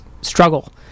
struggle